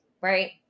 right